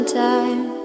time